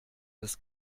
des